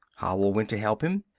howell went to help him.